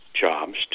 jobs